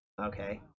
okay